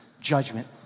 judgment